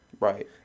Right